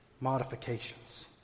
modifications